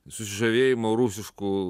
susižavėjimo rusišku